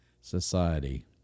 society